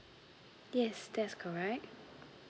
yes that's correct